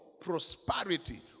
Prosperity